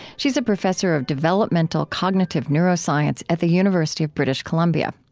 she is a professor of developmental cognitive neuroscience at the university of british columbia.